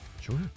Sure